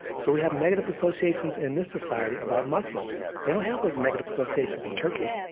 so we have negative associations in this society about muslims. they don't have those negative associations in turkey.